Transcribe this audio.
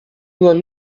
nur